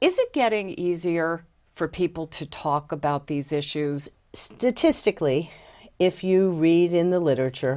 is it getting easier for people to talk about these issues statistically if you read in the literature